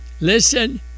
listen